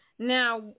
Now